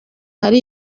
hari